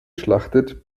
schlachtet